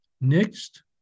Next